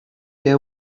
their